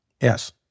Yes